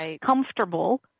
comfortable